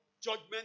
judgment